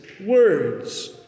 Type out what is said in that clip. words